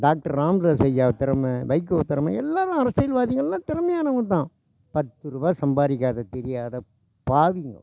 doctor Ramadoss ஐயா திறமை வைகோ திறமை எல்லோரும் அரசியல்வாதிங்கள்லாம் திறமையானவங்க தான் பத்து ரூபாய் சம்பாதிக்காத தெரியாத பாவிங்க